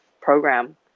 program